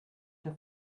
der